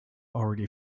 already